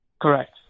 Correct